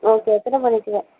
okay எத்தனை மணிக்கி வ